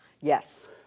Yes